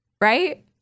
right